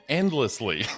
endlessly